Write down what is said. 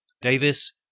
Davis